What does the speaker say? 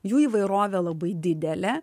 jų įvairovė labai didelė